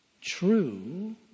true